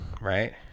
right